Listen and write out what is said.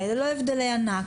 זה לא הבדלי ענק.